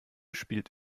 spielt